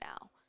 now